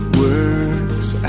works